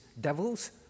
devils